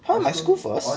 !huh! my school first